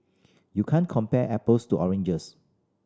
you can't compare apples to oranges